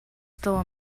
still